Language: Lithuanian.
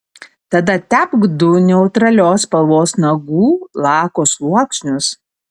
tada tepk du neutralios spalvos nagų lako sluoksnius